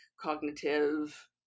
cognitive